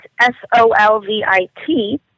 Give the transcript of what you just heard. S-O-L-V-I-T